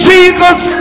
Jesus